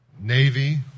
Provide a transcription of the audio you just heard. Navy